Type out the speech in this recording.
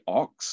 ox